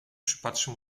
przypatrzę